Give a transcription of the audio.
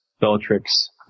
Bellatrix